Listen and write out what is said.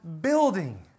building